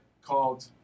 called